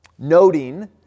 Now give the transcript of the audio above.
Noting